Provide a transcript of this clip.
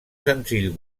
senzill